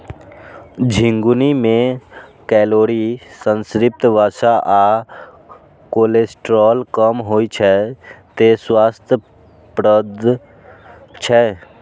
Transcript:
झिंगुनी मे कैलोरी, संतृप्त वसा आ कोलेस्ट्रॉल कम होइ छै, तें स्वास्थ्यप्रद छै